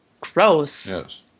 Gross